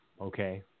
okay